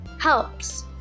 helps